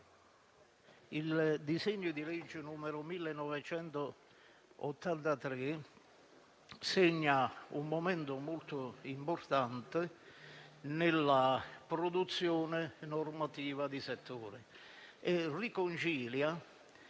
il disegno di legge n. 1893 segna un momento molto importante nella produzione normativa di settore e riconcilia